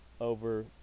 over